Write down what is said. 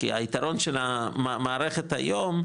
כי היתרון של המערכת היום,